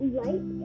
light